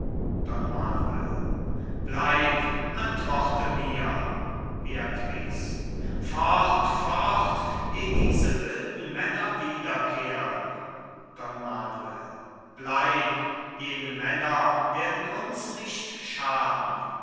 manuel bleib antworte mir beatrice fort fort eh diese wilden männer wiederkehren don manuel bleib jene männer werden uns nicht schaden